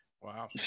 wow